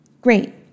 Great